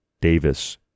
Davis